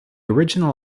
original